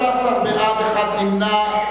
13 בעד, אחד נמנע.